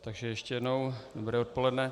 Takže ještě jednou dobré odpoledne.